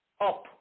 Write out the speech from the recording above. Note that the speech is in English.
up